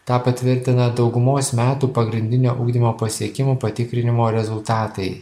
tą patvirtina daugumos metų pagrindinio ugdymo pasiekimų patikrinimo rezultatai